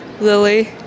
Lily